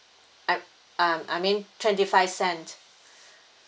I'm I'm I mean twenty five cent